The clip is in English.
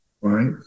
right